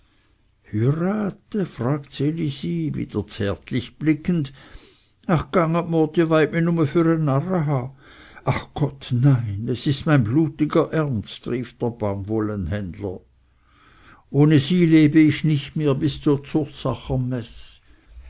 fragte ds elisi wieder zärtlich blickend ach ganget mr dir weyt mih nume für e narr ha ach gott nein es ist mein blutiger ernst rief der baumwollenhändler ohne sie lebe ich nicht mehr bis zur